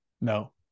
No